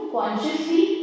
consciously